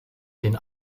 den